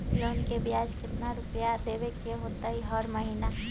Loan के ब्याज कितना रुपैया देबे के होतइ हर महिना?